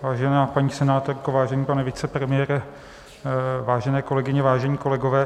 Vážená paní senátorko, vážený pane vicepremiére, vážené kolegyně, vážení kolegové.